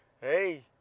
Hey